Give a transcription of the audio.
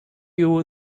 you